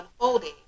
unfolding